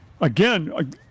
again